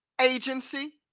agency